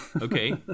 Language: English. okay